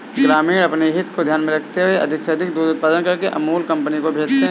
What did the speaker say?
ग्रामीण अपनी हित को ध्यान में रखते हुए अधिक से अधिक दूध उत्पादन करके अमूल कंपनी को भेजते हैं